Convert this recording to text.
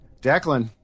Declan